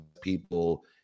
people